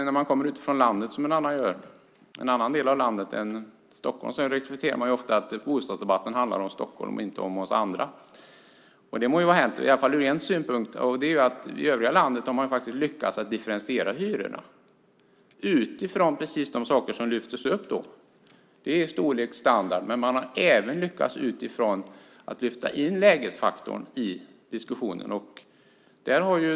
När man kommer från en annan del av landet än Stockholm, som jag gör, reflekterar man ofta över att bostadsdebatten handlar om Stockholm, inte om oss andra. Det må vara hänt, i alla fall ur en synpunkt. Det är att i övriga landet har man faktiskt lyckats att differentiera hyrorna utifrån precis de saker som lyfts upp här. Det är storlek och standard, men man har även lyckats att lyfta in lägesfaktorn i diskussionen.